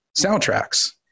soundtracks